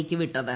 യ്ക്ക് വിട്ടത്